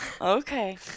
okay